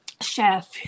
chef